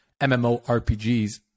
MMORPGs